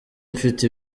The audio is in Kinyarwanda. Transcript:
mfite